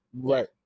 Right